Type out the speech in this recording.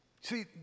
See